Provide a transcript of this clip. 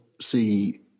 see